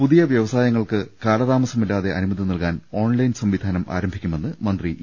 പുതിയ വ്യവസായങ്ങൾക്ക് കാലതാമസമില്ലാതെ അനുമതി നൽകാൻ ഓൺലൈൻ സംവിധാനം ആരംഭിക്കുമെന്ന് മന്ത്രി ഇ